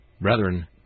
Brethren